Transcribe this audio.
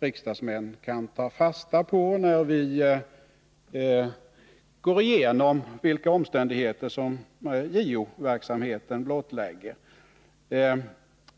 riksdagsmän kan ta fasta på när vi går igenom de omständigheter JO-verksamheten blottlägger.